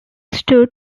stood